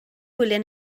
gwyliau